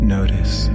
Notice